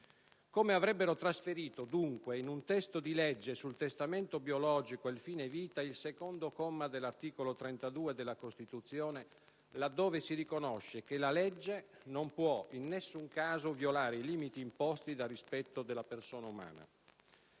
Come avrebbero trasferito, dunque, in un testo di legge sul testamento biologico e il fine vita il comma 2 dell' articolo 32 della Costituzione, là dove si riconosce che la legge non può in nessun caso violare i limiti imposti dal rispetto della persona umana?